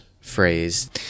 phrase